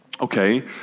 Okay